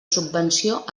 subvenció